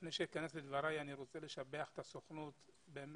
לפני שאכנס לדבריי אני רוצה לשבח את הסוכנות על